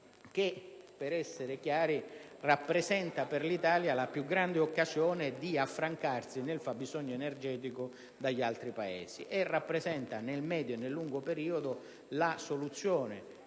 che, per essere chiari, rappresenta per l'Italia la più grande occasione per affrancarsi nel fabbisogno energetico da Paesi terzi e rappresenta, nel medio e nel lungo periodo, la soluzione